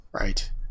right